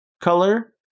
color